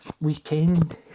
weekend